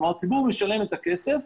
כלומר הציבור משלם את הכסף,